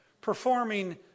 performing